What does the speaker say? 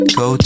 go